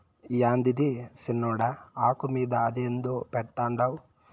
యాందది సిన్నోడా, ఆకు మీద అదేందో పెడ్తండావు